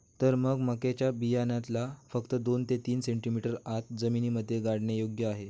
तर मग मक्याच्या बियाण्याला फक्त दोन ते तीन सेंटीमीटर आत जमिनीमध्ये गाडने योग्य आहे